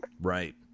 Right